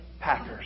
Packers